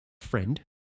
friend